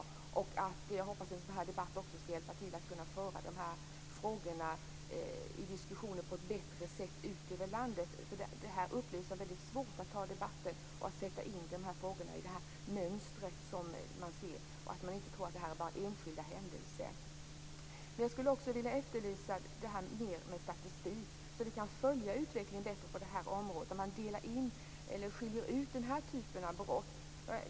Jag hoppas att en sådan här debatt också skall kunna hjälpa till att på ett bättre sätt föra ut de här frågorna i diskussionen över landet. Det upplevs nämlingen som väldigt svårt att ta upp den här debatten och att sätta in dessa frågor i det mönster som kan ses. Man skall inte tro att det här bara är enskilda händelser. Jag skulle också vilja efterlysa mer av statistik, så att vi bättre kan följa utvecklingen på det här området och skilja ut den här typen av brott.